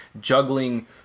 juggling